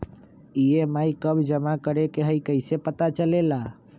EMI कव जमा करेके हई कैसे पता चलेला?